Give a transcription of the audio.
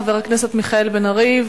חבר הכנסת מיכאל בן-ארי,